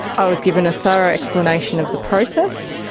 i was given a thorough explanation of the process.